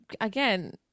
again